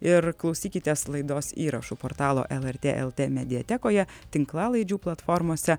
ir klausykitės laidos įrašų portalo lrt lt mediatekoje tinklalaidžių platformose